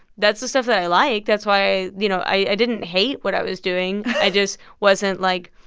that's the stuff that i like. that's why you know, i didn't hate what i was doing. i just wasn't, like,